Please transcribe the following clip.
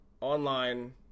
online